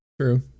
True